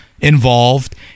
involved